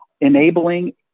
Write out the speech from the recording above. enabling